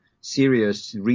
serious